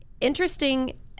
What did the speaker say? Interesting